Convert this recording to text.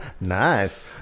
Nice